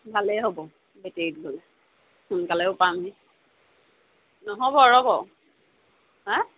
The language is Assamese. ভালেই হ'ব বেটেৰীত গ'লে সোনকালেও পামনে নহ'ব ৰ'ব হাঁ